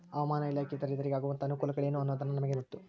ಹವಾಮಾನ ಇಲಾಖೆಯಿಂದ ರೈತರಿಗೆ ಆಗುವಂತಹ ಅನುಕೂಲಗಳೇನು ಅನ್ನೋದನ್ನ ನಮಗೆ ಮತ್ತು?